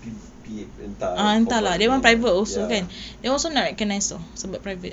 P P entah lah ya